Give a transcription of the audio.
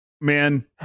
Man